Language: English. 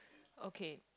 okay